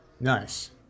Nice